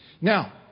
Now